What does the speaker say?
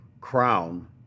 Crown